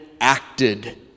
acted